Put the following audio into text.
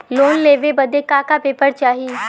Loan लेवे बदे का का पेपर चाही?